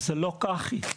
וזה לא כך היא.